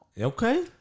Okay